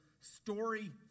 story